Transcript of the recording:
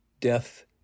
Death